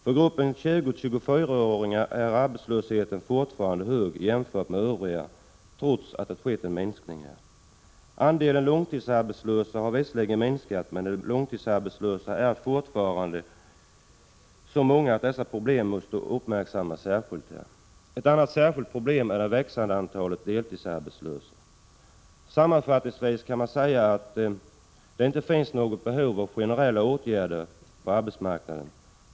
För gruppen 20-24-åringar är arbetslösheten fortfarande hög jämfört med för övriga, trots att det har skett en minskning. Andelen långtidsarbetslösa har visserligen minskat, men är fortfarande så stor att detta utgör ett problem som särskilt måste uppmärksammas. Ett annat speciellt problem är det växande antalet deltidsarbetslösa. Sammanfattningsvis kan man säga att det inte finns något behov av generella åtgärder på arbetsmarknaden.